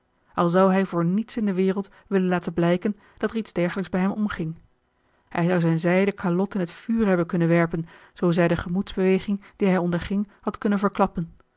al zou hij voor niets in de wereld willen laten blijken dat er iets dergelijks bij hem omging hij zou zijn zijden calot in t vuur hebben kunnen werpen zoo zij de gemoedsbeweging die hij onderging had kunnen verklappen